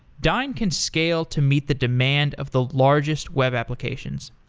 dyn can scale to meet the demand of the largest web applications.